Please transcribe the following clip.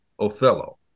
Othello